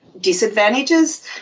disadvantages